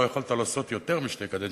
לא יכולת לעשות יותר משתי קדנציות,